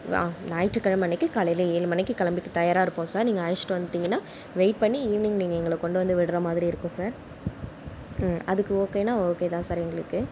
ஆ ஞாயிற்றுக்கிழம அன்னிக்கு காலையில் ஏழு மணிக்கு கிளம்பிட்டு தயாராக இருப்போம் சார் நீங்கள் அழைச்சுட்டு வந்துவிட்டிங்கன்னா வெயிட் பண்ணி ஈவ்னிங் நீங்கள் எங்களை கொண்டு வந்து விடுகிற மாதிரி இருக்கும் சார் ம் அதுக்கு ஓகேனா ஓகே தான் சார் எங்களுக்கு